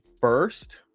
first